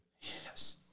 Yes